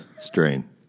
Strain